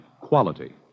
Quality